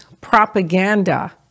propaganda